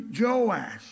Joash